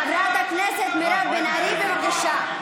חברת הכנסת מירב בן ארי, בבקשה.